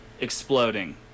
exploding